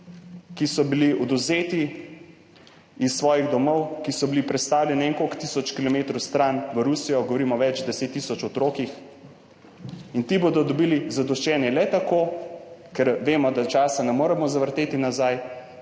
ki so bili odvzeti iz svojih domov, ki so bili prestavljeni ne vem koliko tisoč kilometrov stran v Rusijo, govorim o več 10 tisoč otrokih. In ti bodo dobili zadoščenje le tako, ker vemo, da časa ne moremo zavrteti nazaj,